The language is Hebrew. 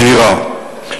מהירה.